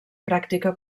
pràctica